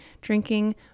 drinking